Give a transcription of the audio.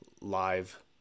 live